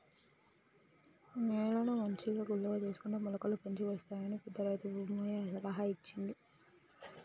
నేలను మంచిగా గుల్లగా చేసుకుంటే మొలకలు మంచిగొస్తాయట అని పెద్ద రైతు భూమయ్య సలహా ఇచ్చిండు